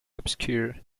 obscure